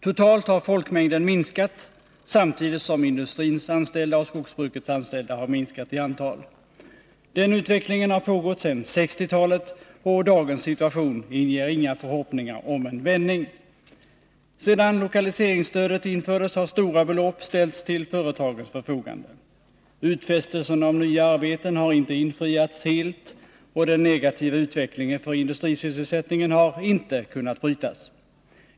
Totalt har folkmängden minskat samtidigt som industrins anställda och skogsbrukets anställda har minskat i antal. Den utvecklingen har pågått sedan 1960-talet, och dagens situation inger inga förhoppningar om en vändning. Sedan lokaliseringsstödet infördes har stora belopp ställts till företagens förfogande. Utfästelser om nya arbeten har inte infriats helt, och den negativa utvecklingen för industrisysselsättningen har inte kunnat brytas.